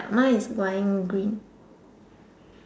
mine is wearing green